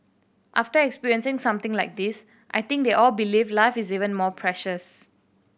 after experiencing something like this I think they all believe life is even more precious